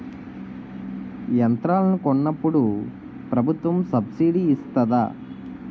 యంత్రాలను కొన్నప్పుడు ప్రభుత్వం సబ్ స్సిడీ ఇస్తాధా?